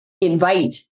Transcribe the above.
invite